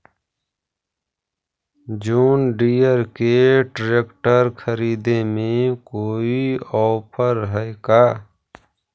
जोन Deere के tractor खरिदे में कोई औफर है का?